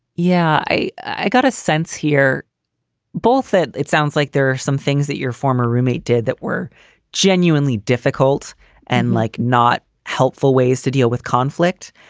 yeah i i got a sense here both it it sounds like there are some things that your former roommate did that were genuinely difficult and like not helpful ways to deal with conflict.